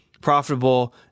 profitable